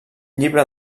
llibre